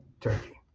Turkey